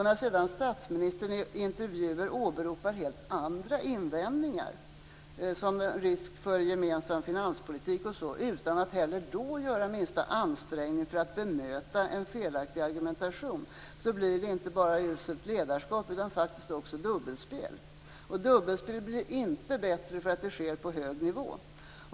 När sedan statsministern i intervjuer åberopar helt andra invändningar, som risk för gemensam finanspolitik, utan att heller då göra minsta ansträngning för att bemöta en felaktig argumentation blir det inte bara uselt ledarskap utan också dubbelspel. Dubbelspel blir inte bättre av att det sker på hög nivå.